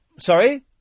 Sorry